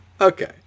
Okay